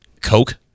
Coke